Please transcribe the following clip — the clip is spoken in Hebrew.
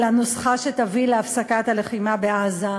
על הנוסחה שתביא להפסקת הלחימה בעזה.